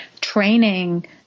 training